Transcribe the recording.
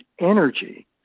energy